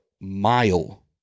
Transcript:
mile